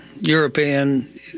European